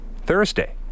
Thursday